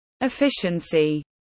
efficiency